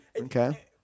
Okay